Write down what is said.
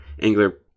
angular